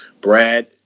Brad